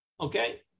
Okay